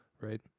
right